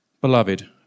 Beloved